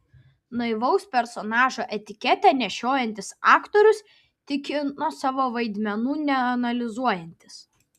naivaus personažo etiketę nešiojantis aktorius tikino savo vaidmenų neanalizuojantis